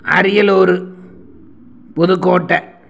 Ariyalur Pudukkottai